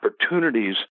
opportunities